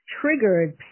triggered